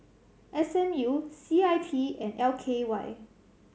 S M U C I P and L K Y